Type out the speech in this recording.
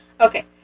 Okay